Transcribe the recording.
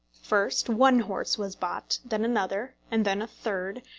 first one horse was bought, then another, and then a third,